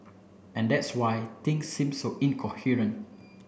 and that's why things seem so incoherent